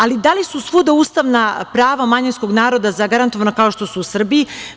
Ali, da li su svuda ustavna prava manjinskog naroda zagarantovana kao što su u Srbiji?